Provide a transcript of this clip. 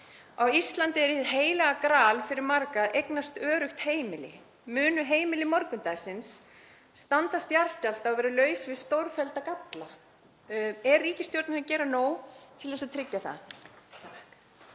Á Íslandi er hið heilaga gral fyrir marga að eignast öruggt heimili. Munu heimili morgundagsins standast jarðskjálfta og vera laus við stórfellda galla? Er ríkisstjórnin að gera nóg til þess að tryggja það?